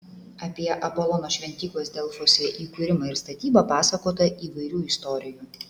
apie apolono šventyklos delfuose įkūrimą ir statybą pasakota įvairių istorijų